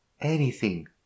Anything